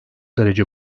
derece